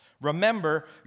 Remember